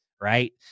right